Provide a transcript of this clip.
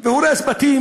והוא הורס בתים